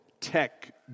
tech